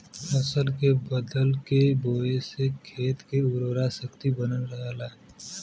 फसल के बदल के बोये से खेत के उर्वरा शक्ति बनल रहला